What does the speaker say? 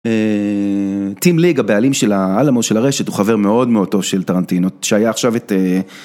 טים ליג הבעלים של העלמות של הרשת הוא חבר מאוד מאוד טוב של טרנטינות שהיה עכשיו את.